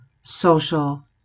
social